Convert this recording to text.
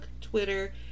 Twitter